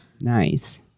Nice